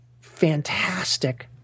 fantastic